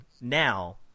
now